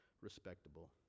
respectable